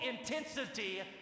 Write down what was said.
intensity